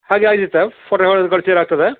ಹಾಗೆ ಆಗ್ತಿತ್ತಾ ಫೋಟೋ ಹೊಡ್ದು ಕಳಿಸಿದ್ರೆ ಆಗ್ತದಾ